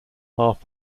half